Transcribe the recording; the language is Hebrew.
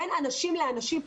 בין אנשים לאנשים.